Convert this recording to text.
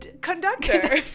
Conductor